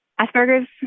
Asperger's